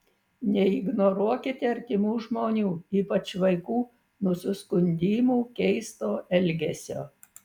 neignoruokite artimų žmonių ypač vaikų nusiskundimų keisto elgesio